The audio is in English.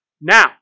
Now